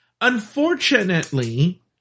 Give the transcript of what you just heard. Unfortunately